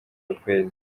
lopez